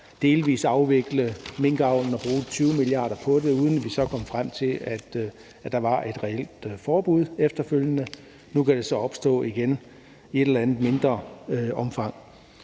delvis at afvikle minkavlen og bruge 20 mia. kr. på det, altså at vi ikke er kommet frem til at indføre et reelt forbud efterfølgende. Nu kan det så opstå igen i et eller andet mindre omfang.